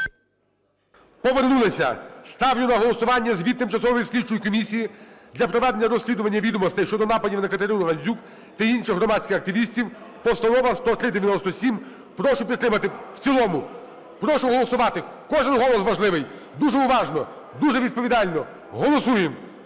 Повернулися. Ставлю на голосування Звіт Тимчасової слідчої комісії для проведення розслідування відомостей щодо нападів на Катерину Гандзюк та інших громадських активістів, Постанова 10397. Прошу підтримати в цілому. Прошу голосувати. Кожен голос важливий. Дуже уважно, дуже відповідально. Голосуємо,